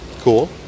Cool